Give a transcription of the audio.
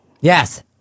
Yes